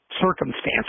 circumstances